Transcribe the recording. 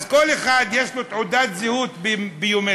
אז כל אחד יש לו תעודת זהות ביומטרית,